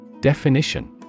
Definition